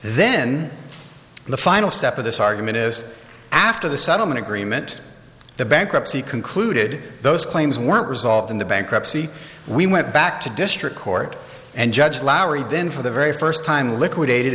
then the final step of this argument is after the settlement agreement the bankruptcy concluded those claims weren't resolved in the bankruptcy we went back to district court and judge lowery then for the very first time liquidated